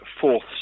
fourth